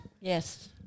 Yes